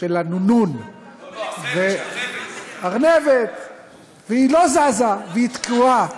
אני לא ארשה שיפריעו יותר.